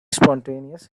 spontaneous